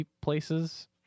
places